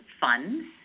funds